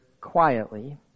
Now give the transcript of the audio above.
quietly